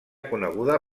coneguda